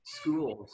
schools